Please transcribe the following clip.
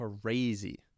crazy